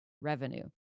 revenue